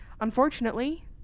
Unfortunately